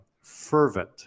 fervent